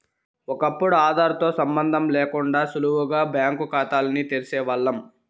ఒకప్పుడు ఆదార్ తో సంబందం లేకుండా సులువుగా బ్యాంకు కాతాల్ని తెరిసేవాల్లం